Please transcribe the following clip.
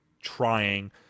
trying